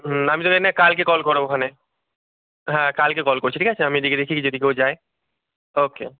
হুম আমি তোকে নাহয় কালকে কল করবোখনে হ্যাঁ কালকে কল করছি ঠিক আছে আমি এদিকে দেখি যদি কেউ যায় ওকে